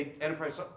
enterprise